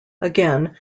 again